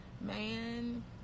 man